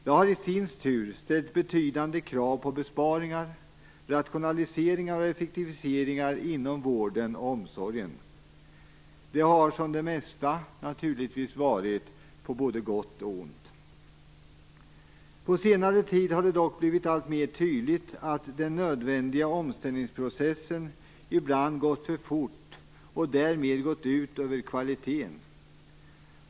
Det har i sin tur ställt betydande krav på besparingar, rationaliseringar och effektiviseringar inom vården och omsorgen. Det har, som det mesta, naturligtvis varit på gott och ont. På senare tid har det dock blivit alltmer tydligt att den nödvändiga omställningsprocessen ibland har gått för fort och att det har gått ut över kvaliteten.